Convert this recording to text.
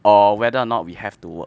or whether or not we have to work